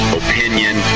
opinion